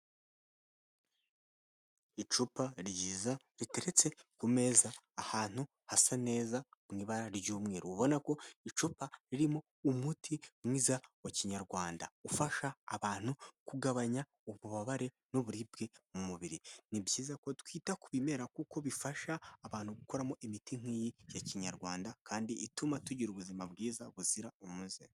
Icupa ryiza riteretse ku meza ahantu hasa neza mu ibara ry'umweru, ubona ko icupa ririmo umuti mwiza wa kinyarwanda. Ufasha abantu kugabanya ububabare n'uburibwe mu mubiri, ni byiza ko twita ku bimera kuko bifasha abantu gukuramo imiti nk'iyi ya kinyarwanda kandi ituma tugira ubuzima bwiza buzira umuze.